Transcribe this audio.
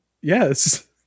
yes